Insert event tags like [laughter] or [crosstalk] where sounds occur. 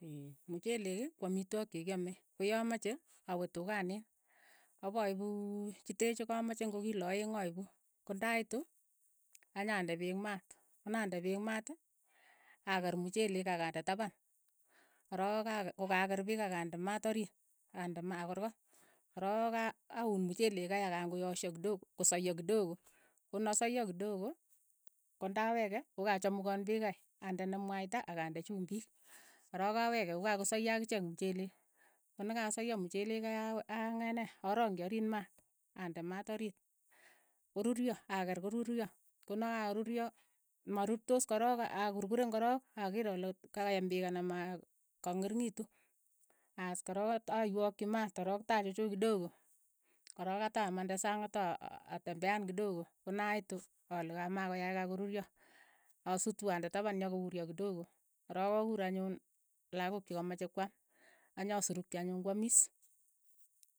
[hesitation] mchelek ko amitwogik che kiame, ko ya amache, awe tukanin, apaipuu chetee chekamache, ngo kilo aeng' aipu. ko ndaitu, anyande peek maat, ko nande peek maat, akeer mchelek ak ande tapan, ko rook ake ko ka keer peek ak ande maat uriit, ande maa akorkot, ko rook a- auun mchelek kei ak ang koyoshoo kidogo, ko saiyo kidogo, ko na saiyo kidogo, ko nda weke koka chamukoon peek kai, andene mwaita akande chumbiik. a rook aweke ko ka kosaiyo akichek mchelek, ko na kasaiyo mchelek kai a- anget nee, arongji uriit maat, ande maat uriit, koruryo, akeer koruryo, ko na kakoruryo, ma rurtos korook, a kurkuuren korok, akeer ale kayam peek anan maya kang'ering'itu. aas ko rook aaiywokchi maat, ko rook tachuchuch kidogo, ko rook atamande sang ata a- atembean kidogo, ko naitu ale ka ma koyach, ka koruryo, asutu ande tapan yo ko uryo kidogo, ko rook akuur anyun lakook che ka mache kwaam, anya surukchi anyun kwamiis.